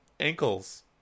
ankles